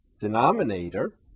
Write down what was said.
denominator